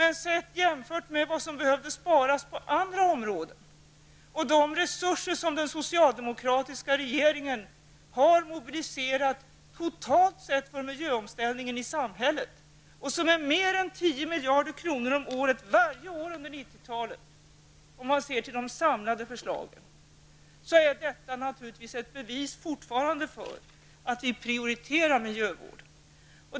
I jämförelse med vad som behövde sparas på andra områden och med de resurser som den socialdemokratiska regeringen har mobiliserat totalt på miljöomställningen i samhället, som är mer än 10 miljarder kronor om året varje år under 1990-talet om man ser till de samlade förslagen, är detta naturligtvis fortfarande ett bevis för att vi prioriterar miljövården.